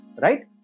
right